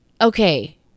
okay